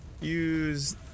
use